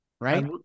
Right